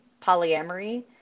polyamory